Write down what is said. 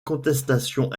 contestation